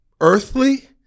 earthly